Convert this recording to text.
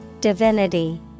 Divinity